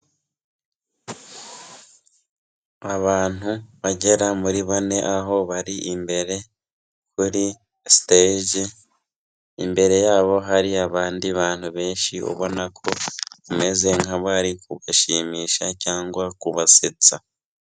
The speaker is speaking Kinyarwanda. Abantu bagera muri bane aho bari imbere kuri siteji, imbere yabo hari abandi bantu benshi ubona ko bameze nk'abari kuba kubashimisha cyangwa kubasetsa.